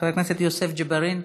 חבר הכנסת יוסף ג'בארין,